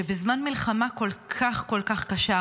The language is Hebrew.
שבזמן מלחמה כל כך כל כך קשה,